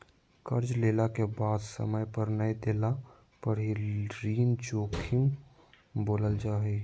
कर्जा लेला के बाद समय पर नय देला पर ही ऋण जोखिम बोलल जा हइ